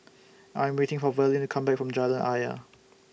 I Am waiting For Verlin to Come Back from Jalan Ayer